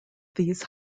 these